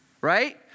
right